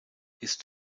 ist